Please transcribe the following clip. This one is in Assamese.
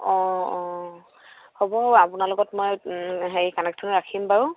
অঁ অঁ হ'ব আপোনাৰ লগত মই হেৰি কানেকচনটো ৰাখিম বাৰু